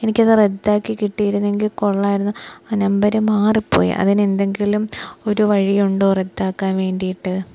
എനിക്കത് റദ്ദാക്കിക്കിട്ടിയിരുന്നുവെങ്കില് കൊള്ളാമായിരുന്നു ആ നമ്പര് മാറിപ്പോയി അതിനെന്തെങ്കിലും ഒരു വഴിയുണ്ടോ റദ്ദാക്കാൻ വേണ്ടിയിട്ട്